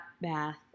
bath